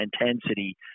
intensity